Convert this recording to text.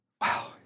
Wow